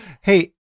Hey